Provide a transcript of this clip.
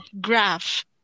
graph